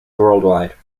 worldwide